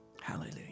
Hallelujah